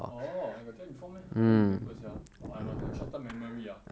orh I got tell you before meh I don't remember sia !wah! I must have short term memory ah